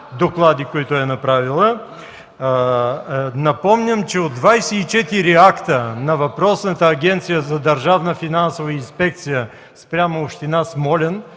докладите, които е направила. Напомням, че от 24 акта на въпросната Агенция за държавна финансова инспекция спрямо община Смолян